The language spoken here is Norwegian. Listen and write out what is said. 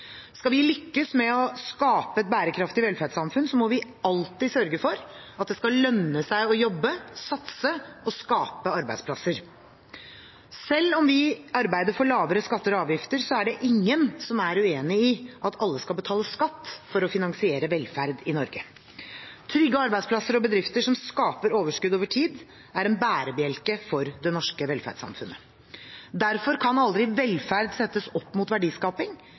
Skal vi lykkes med å skape et bærekraftig velferdssamfunn, må vi alltid sørge for at det skal lønne seg å jobbe, satse og skape arbeidsplasser. Selv om vi arbeider for lavere skatter og avgifter, er det ingen som er uenig i at alle skal betale skatt for å finansiere velferd i Norge. Trygge arbeidsplasser og bedrifter som skaper overskudd over tid, er en bærebjelke for det norske velferdssamfunnet. Derfor kan aldri velferd settes opp mot verdiskaping